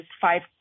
five